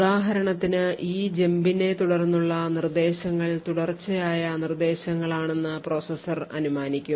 ഉദാഹരണത്തിന് ഈ ജമ്പിനെ തുടർന്നുള്ള നിർദ്ദേശങ്ങൾ തുടർച്ചയായ നിർദ്ദേശങ്ങളാണെന്ന് പ്രോസസർ അനുമാനിക്കും